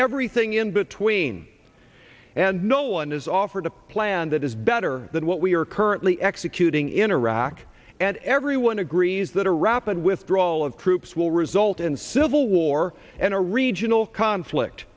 everything in between and no one has offered a plan that is better than what we are currently executing in iraq and everyone agrees that a rapid withdrawal of troops will result in civil war and a regional conflict